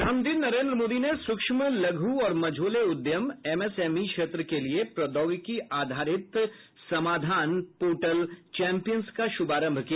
प्रधानमंत्री नरेन्द्र मोदी ने सूक्ष्म लघु और मझौले उद्यम एमएसएमई क्षेत्र के लिए प्रौद्योगिकी आधारित समाधान चैंपियंस का शुभारंभ किया